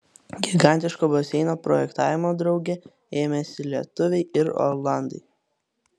gigantiško baseino projektavimo drauge ėmėsi lietuviai ir olandai